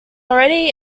already